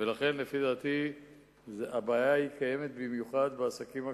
ולכן לפי דעתי הבעיה קיימת במיוחד בעסקים הקטנים,